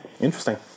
Interesting